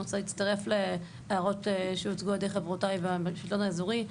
אני רוצה להצטרף להערות שהוצגו על ידי חברותיי בשלטון האזורי.